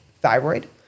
thyroid